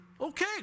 okay